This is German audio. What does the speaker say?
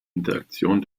interaktion